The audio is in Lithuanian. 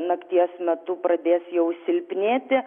nakties metu pradės jau silpnėti